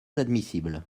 admissible